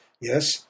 Yes